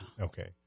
Okay